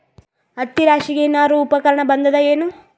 ಹತ್ತಿ ರಾಶಿಗಿ ಏನಾರು ಉಪಕರಣ ಬಂದದ ಏನು?